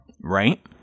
right